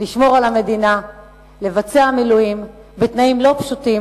לשמור על המדינה ולבצע מילואים בתנאים לא פשוטים.